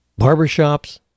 barbershops